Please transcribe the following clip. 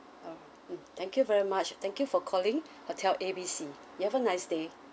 oh thank you very much thank you for calling hotel A B C you have a nice day